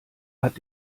hat